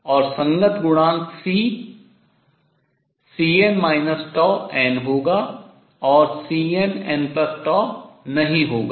और संगत गुणांक C Cn n होगा और Cnn नहीं होगा